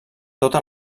tota